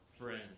friend